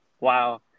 Wow